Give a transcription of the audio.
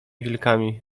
wilkami